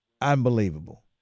Unbelievable